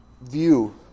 view